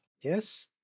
Yes